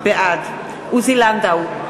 בעד עוזי לנדאו,